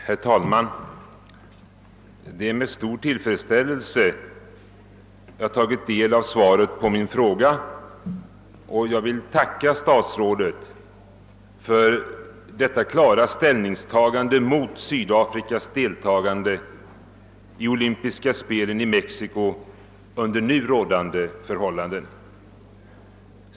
Herr talman! Det är med stor tillfredsställelse jag tagit del av svaret på min fråga, och jag vill tacka statsrådet för detta klara ställningstagande mot Sydafrikas deltagande i de olympiska spelen i Mexiko under nu rådande förhållanden.